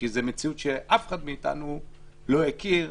כי זו מציאות שאף אחד מאיתנו לא הכיר,